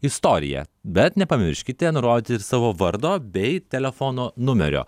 istoriją bet nepamirškite nurodyti savo vardo bei telefono numerio